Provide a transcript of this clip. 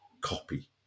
copy